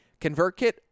ConvertKit